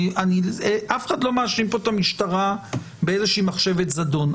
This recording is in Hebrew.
אף אחד לא מאשים פה את המשטרה באיזושהי מחשבת זדון.